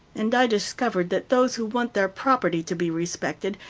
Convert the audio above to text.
and i discovered that those who want their property to be respected,